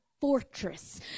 fortress